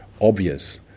obvious